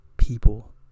people